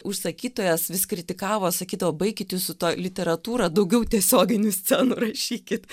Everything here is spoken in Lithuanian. užsakytojas vis kritikavo sakydavo baikit jūs su ta literatūra daugiau tiesioginių scenų rašykit